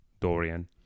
Dorian